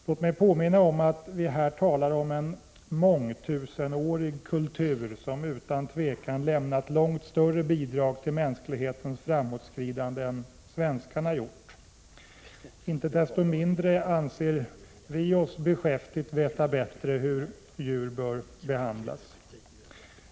Låt mig påminna om att vi i detta sammanhang talar om en mångtusenårig kultur, som utan tvivel lämnat långt större bidrag till mänsklighetens framåtskridande än svenskarna gjort. Inte desto mindre anser vi oss beskäftigt veta bättre hur djur bör behandlas.